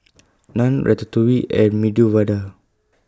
Naan Ratatouille and Medu Vada